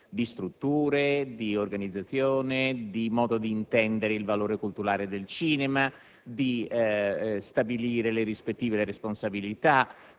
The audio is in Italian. di strutture, di organizzazione, di modo di intendere il valore culturale del cinema, di stabilire le rispettive responsabilita;